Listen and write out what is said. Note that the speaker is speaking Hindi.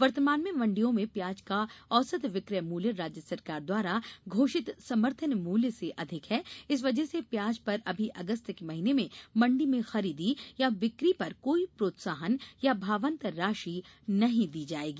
वर्तमान में मंडियों में प्याज का औसत विक्रय मूल्य राज्य सरकार द्वारा घोषित समर्थन मूल्य से अधिक है इस वजह से प्याज पर अभी अगस्त के महीने में मंडी में खरीदी या बिक्री पर कोई प्रोत्साहन या भावान्तर राशि नहीं दी जायेगी